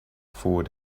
forward